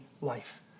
life